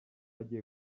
agiye